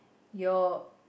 your